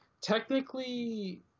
Technically